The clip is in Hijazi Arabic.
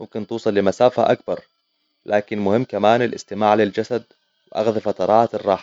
ممكن تصل لمسافة أكبر. لكن مهم كمان الاستماع للجسد وأخذ فترات الراحة.